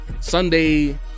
Sunday